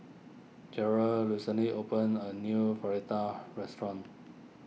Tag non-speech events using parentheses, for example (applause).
Jerrell recently opened a new (unintelligible) restaurant